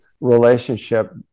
relationship